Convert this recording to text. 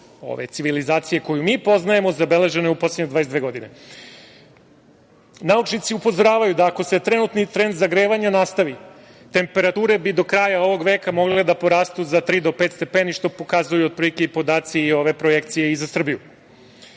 ove civilizacije koju mi poznajemo zabeleženo je u poslednje 22 godine. Naučnici upozoravaju da ako se trenutni trend zagrevanja nastavi temperature bi do kraja ovog veka mogle da porastu za tri do pet stepeni, što pokazuju otprilike i podaci i ove projekcije i za Srbiju.O